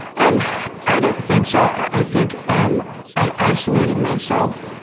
um i don't think so. i think um i isolated myself,